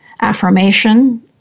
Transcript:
affirmation